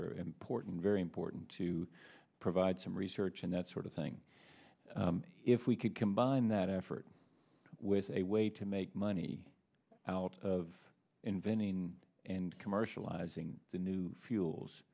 are important very important to provide some research and that sort of thing if we could combine that effort with a way to make money out of inventing and commercializing the new fuels